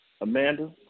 Amanda